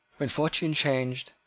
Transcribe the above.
when fortune changed,